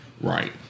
Right